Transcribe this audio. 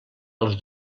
els